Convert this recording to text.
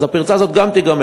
אז הפרצה הזאת גם תיגמר.